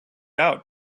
out